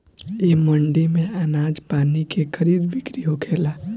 ए मंडी में आनाज पानी के खरीद बिक्री होखेला